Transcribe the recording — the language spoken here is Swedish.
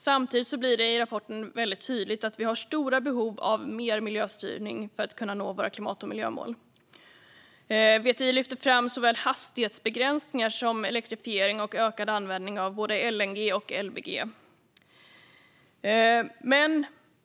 Samtidigt blir det i rapporten väldigt tydligt att vi har stora behov av mer miljöstyrning för att vi ska kunna nå våra klimat och miljömål. VTI lyfter fram såväl hastighetsbegränsningar som elektrifiering och ökad användning av både LNG och LBG.